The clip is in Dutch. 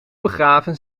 begaven